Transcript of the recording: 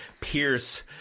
Pierce